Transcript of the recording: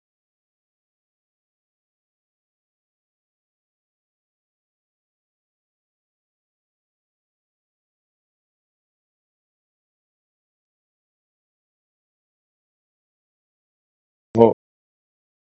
oh